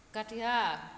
Katihar